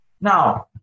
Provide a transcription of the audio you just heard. Now